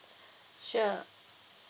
sure